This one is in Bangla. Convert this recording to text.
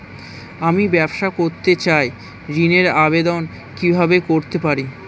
আমি ব্যবসা করতে চাই ঋণের আবেদন কিভাবে করতে পারি?